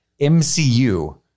MCU